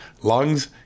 lungs